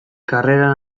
karreran